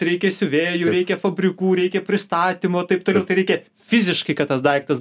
reikia siuvėjų reikia fabrikų reikia pristatymo taip toliau tai reikia fiziškai kad tas daiktas